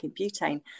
butane